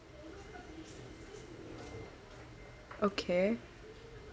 okay